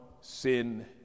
sin